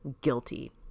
guilty